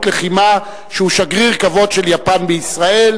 לחימה שהוא שגריר כבוד של יפן בישראל,